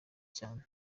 cyane